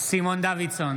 סימון דוידסון,